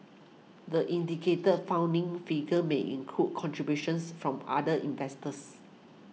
the indicated funding figure may include contributions from other investors